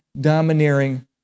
domineering